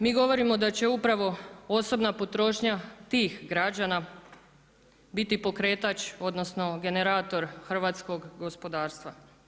Mi govorimo da ćemo upravo osobna potrošnja tih građana biti pokretač odnosno generator hrvatskog gospodarstva.